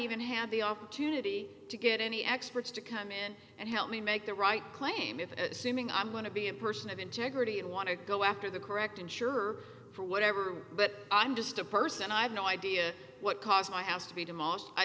even had the opportunity to get any experts to come in and help me make the right claim if assuming i'm going to be a person of integrity and want to go after the correct insurer for whatever but i'm just a person i have no idea what caused my house to be